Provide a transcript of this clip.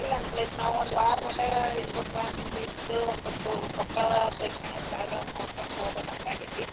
ಎಲ್ಲಿ ಅನುಕೂಲ ಐತೆ ನಾವು ಒಂದು ವಾರ ಮಠ ಇರ್ಬೆಕನು ಇದು ಒಂದು ಸ್ವಲ್ಪ ಕೊಪ್ಪಳ ಪ್ರೇಕ್ಷಣೀಯ ಸ್ಥಳಗಳನ್ನ ನೋಡ್ಕೊಂಡು ಹೋಗ್ಬೇಕು ಅನ್ಕಂಡು ಇದ್ವಿ